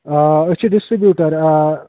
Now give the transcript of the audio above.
آ أسۍ چھِ ڈِسٹِربیٛوٗٹر آ